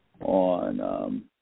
on